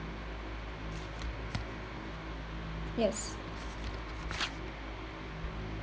yes